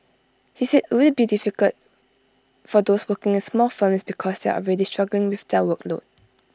he said IT would be difficult for those working in small firms because they are already struggling with their workload